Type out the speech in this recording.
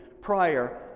prior